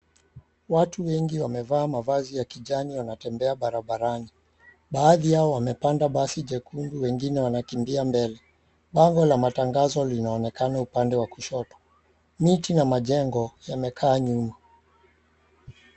Watu wengi wamevaa mavazi ya kijani wanatembea barabarani baadi yao wamepand basi jekundu wengine wanakimbia mbele bango la matangaozo linaonekana mbele miti ya majengo imekaa nyuma.